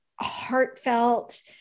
heartfelt